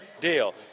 deal